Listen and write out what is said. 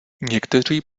někteří